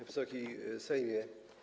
Wysoki Sejmie!